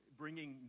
bringing